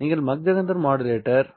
நீங்கள் Mach Zehnder modulator